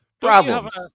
Problems